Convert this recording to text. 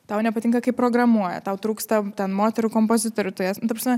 tau nepatinka kai programuoja tau trūksta ten moterų kompozitorių tu jas ta prasme